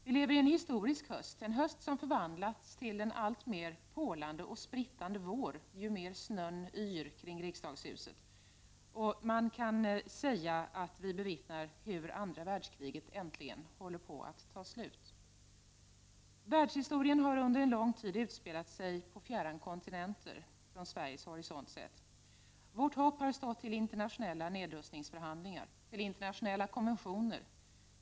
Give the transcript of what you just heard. Vilever i en historisk tid — en höst och vinter som förvandlas till en alltmer porlande och sprittande vår ju mer snön yr kring riksdagshuset. Man kan säga att vi bevittnar hur andra världskriget äntligen håller på att ta slut. Världshistorien har under lång tid utspelat sig på fjärran kontinenter, från Sveriges horisont sett. Vårt hopp har stått till internationella nedrustningsförhandlingar och till internationella konventioner.